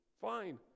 Fine